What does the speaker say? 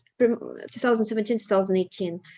2017-2018